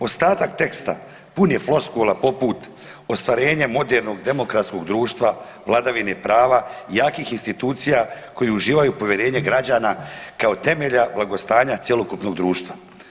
Ostatak teksta pun je floskula poput ostvarenje modernog demokratskog društva, vladavine prava, jakih institucija koji uživaju povjerenje građana kao temelja blagostanja cjelokupnog društva.